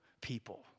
people